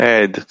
add